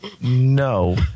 No